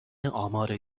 آمار